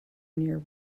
near